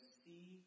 see